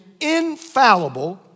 infallible